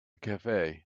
cafe